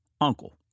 uncle